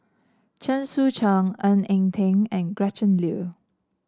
Chen Sucheng Ng Eng Teng and Gretchen Liu